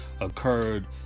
occurred